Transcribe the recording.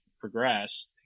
progress